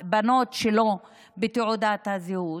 הבנות שלו בתעודת הזהות,